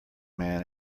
man